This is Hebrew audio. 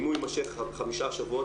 אם הוא יימשך חמישה שבועות,